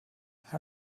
after